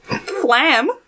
Flam